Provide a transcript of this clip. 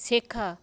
শেখা